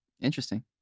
Interesting